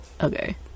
Okay